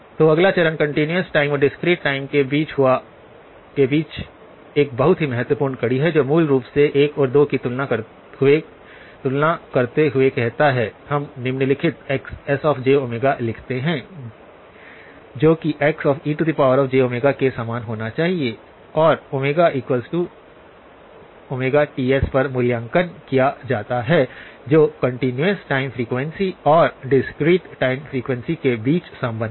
तो अगला चरण कंटीन्यूअस टाइम और डिस्क्रीट टाइम के बीच एक बहुत ही महत्वपूर्ण कड़ी है जो मूल रूप से 1 और 2 की तुलना करते हुए कहता है हम निम्नलिखित Xs लिखते हैं जो को Xejω के समान होना चाहिए and ωTs पर मूल्यांकन किया जाता है जो कंटीन्यूअस टाइम फ्रीक्वेंसी और डिस्क्रीट टाइम फ्रीक्वेंसी के बीच संबंध है